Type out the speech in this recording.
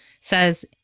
says